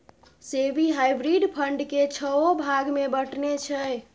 SEBI hybrid fund केँ छओ भाग मे बँटने छै